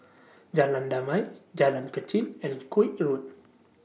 Jalan Damai Jalan Kechil and Koek Road